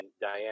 Diane